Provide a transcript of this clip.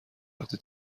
وقتی